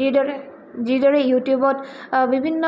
যিদৰে যিদৰে ইউটিউবত বিভিন্ন